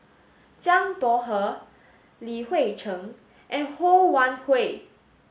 Zhang Bohe Li Hui Cheng and Ho Wan Hui